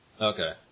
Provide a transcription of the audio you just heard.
Okay